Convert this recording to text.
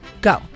Go